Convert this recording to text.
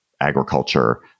agriculture